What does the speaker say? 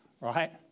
right